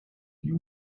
die